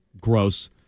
Gross